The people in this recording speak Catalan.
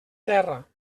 terra